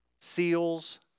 seals